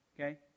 Okay